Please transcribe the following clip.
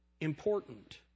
important